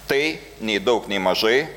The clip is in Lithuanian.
tai nei daug nei mažai